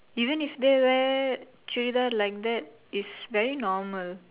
even if they wear churidar like that it's very normal